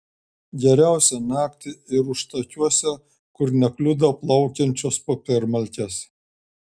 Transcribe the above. geriausia naktį ir užtakiuose kur nekliudo plaukiančios popiermalkės